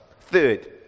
Third